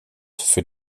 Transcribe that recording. für